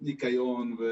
ניקיון.